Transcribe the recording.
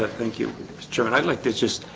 ah thank you jeff, and i'd like to just